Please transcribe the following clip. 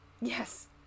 yes